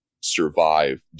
survive